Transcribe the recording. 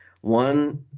one